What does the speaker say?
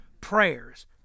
prayers